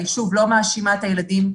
שוב, אני לא מאשימה את הדברים.